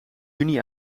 juni